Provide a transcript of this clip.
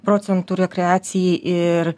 procentų rekreacijai ir